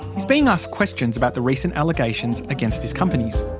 he's being asked questions about the recent allegations against his companies.